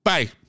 Bye